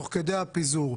תוך כדי הפיזור,